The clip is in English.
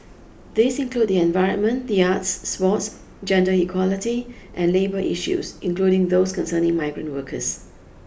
these include the environment the arts sports gender equality and labour issues including those concerning migrant workers